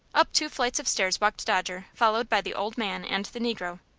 up two flights of stairs walked dodger, followed by the old man and the negro.